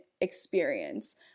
experience